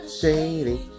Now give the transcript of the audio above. Shady